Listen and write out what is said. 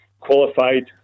Qualified